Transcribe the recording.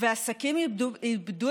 ואז מנסים להחזיק את